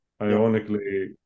ironically